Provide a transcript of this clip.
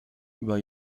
über